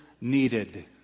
needed